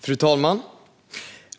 Fru talman!